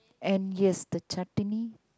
and yes the chutney